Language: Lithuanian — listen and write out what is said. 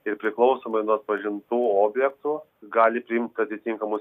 ir priklausomai nuo atpažintų objektų gali priimt atitinkamus